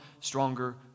stronger